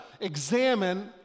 examine